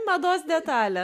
mados detalė